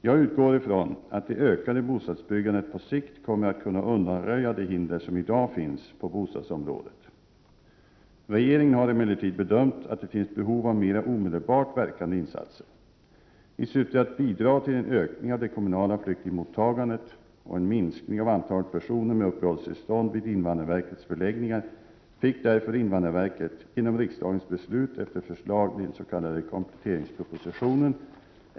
Jag utgår ifrån att det ökade bostadsbyggandet på sikt kommer att kunna undanröja de hinder som i dag finns på bostadsområdet. Regeringen har emellertid bedömt att det finns behov av mera omedelbart verkande insatser. I syfte att bidra till en ökning av det kommunala flyktingmottagandet och en minskning av antalet personer med uppehållstillstånd vid invandrarverkets förläggningar fick därför invandrarverket, genom riksdagens beslut efter förslag i den s.k. kompletteringspropositionen (prop. 1987/88:150 bil.